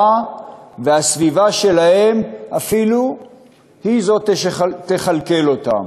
והסביבה שלהם אפילו היא שתכלכל אותם.